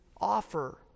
offer